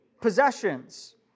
possessions